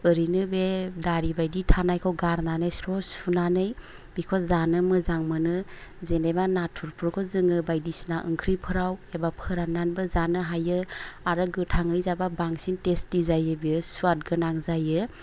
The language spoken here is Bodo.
ओरैनो बे दारिबायदि थानायखौ गारनानै स्र सुनानै बिखौ जानो मोजां मोनो जेनेबा नाथुरफोरखौ जोङो बायदिसिना ओंख्रिफोराव एबा फोरान्नानैबो जानो हायो आरो गोथाङै जाबा बांसिन टेस्टि जायो बेयो सुवाद गोनां जायो